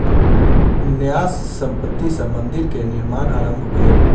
न्यास संपत्ति सॅ मंदिर के निर्माण आरम्भ भेल